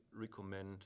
recommend